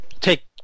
take